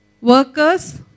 Workers